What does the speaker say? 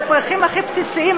בצרכים הכי בסיסיים,